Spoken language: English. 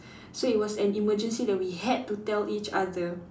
so it was an emergency that we had to tell each other